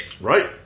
Right